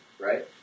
right